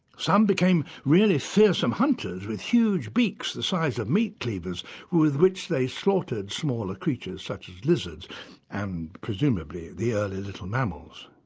some became really fearsome hunters with huge beaks the size of meat cleavers with which they slaughtered smaller creatures such as lizards and presumably the early little mammals.